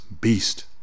beast